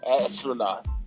astronaut